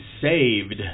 saved